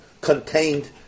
contained